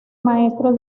maestro